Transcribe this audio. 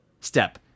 step